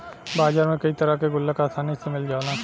बाजार में कई तरे के गुल्लक आसानी से मिल जाला